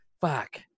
fuck